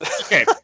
Okay